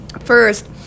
First